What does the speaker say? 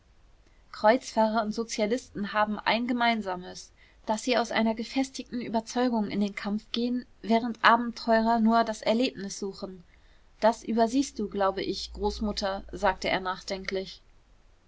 kreuzfahrer und sozialisten haben ein gemeinsames daß sie aus einer gefestigten überzeugung in den kampf gehen während abenteurer nur das erlebnis suchen das übersiehst du glaube ich großmutter sagte er nachdenklich